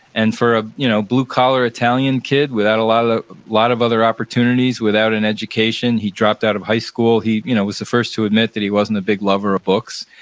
and for a you know blue collar italian kid without a lot lot of other opportunities, without an education, he dropped out of high school. he you know was the first to admit that he wasn't a big lover of books.